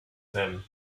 them